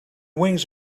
wings